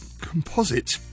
Composite